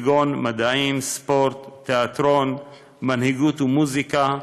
כגון מדעים, ספורט, תיאטרון, מנהיגות ומוזיקה,